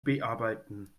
bearbeiten